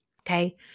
okay